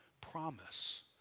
promise